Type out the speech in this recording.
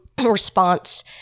response